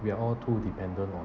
we are all too dependent on